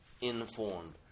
informed